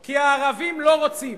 כי הערבים לא רוצים.